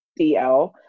DL